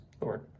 Lord